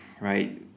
right